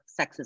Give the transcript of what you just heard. sexism